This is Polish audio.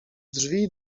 drzwi